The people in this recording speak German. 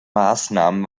maßnahmen